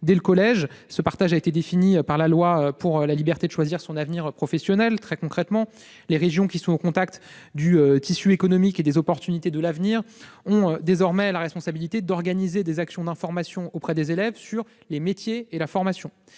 dès le collège. Ce partage a été défini par la loi pour la liberté de choisir son avenir professionnel : les régions, qui sont au contact du tissu économique et des opportunités de l'avenir, ont désormais la responsabilité d'organiser des actions d'information auprès des élèves sur les métiers et les formations.